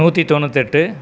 நூற்றி தொண்ணூற்றெட்டு